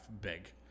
big